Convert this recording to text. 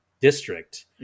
district